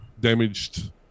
damaged